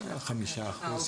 חמישה אחוז,